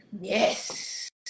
Yes